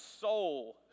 soul